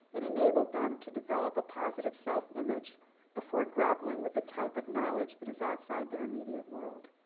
it enabled them to develop a positive self-image before grappling with the type of knowledge that is outside their immediate world.